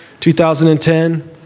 2010